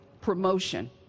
promotion